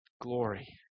glory